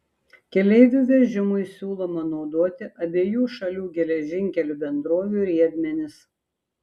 keleivių vežimui siūloma naudoti abiejų šalių geležinkelių bendrovių riedmenis